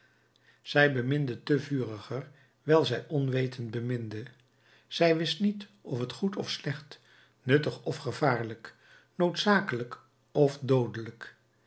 zij beminde te vuriger wijl zij onwetend beminde zij wist niet of het goed of slecht nuttig of gevaarlijk noodzakelijk of doodelijk